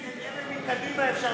את אלה מקדימה אפשר